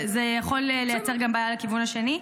זה יכול לייצר בעיה גם לכיוון השני.